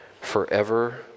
forever